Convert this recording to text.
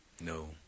no